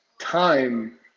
time